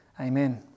Amen